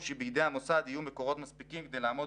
שבידי המוסד יהיו מקורות מספיקים כדי לעמוד